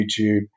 YouTube